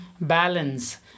balance